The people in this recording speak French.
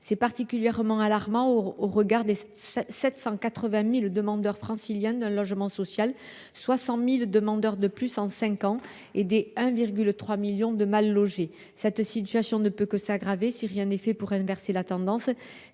C’est particulièrement alarmant au regard des 780 000 demandeurs franciliens d’un logement social, soit 60 000 demandeurs supplémentaires en cinq ans, et des 1,3 million de mal logés. Cette situation ne peut que s’aggraver si rien n’est fait pour inverser la tendance.